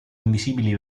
invisibili